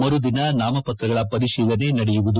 ಮರು ದಿನ ನಾಮಪತ್ರಗಳ ಪರಿಶೀಲನೆ ನಡೆಯಲಿದೆ